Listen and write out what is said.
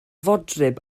fodryb